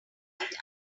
right